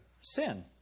Sin